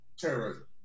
Terrorism